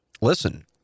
listen